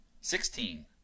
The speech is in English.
Sixteen